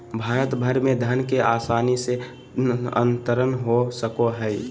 भारत भर में धन के आसानी से अंतरण हो सको हइ